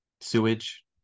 sewage